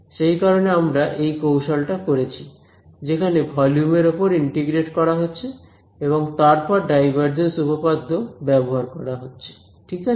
সেই কারণে আমরা এই কৌশল টা করেছি যেখানে ভলিউম এর ওপর ইন্টিগ্রেট করা হচ্ছে এবং তারপর ডাইভারজেন্স উপপাদ্য ব্যবহার করা হচ্ছে ঠিক আছে